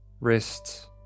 wrists